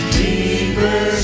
deeper